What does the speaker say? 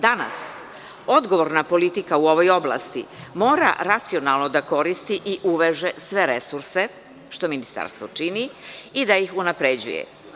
Danas, odgovorna politika u ovoj oblasti mora racionalno da koristi i uveže sve resurse, što ministarstvo čini, i da ih unapređuje.